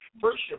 first